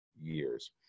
years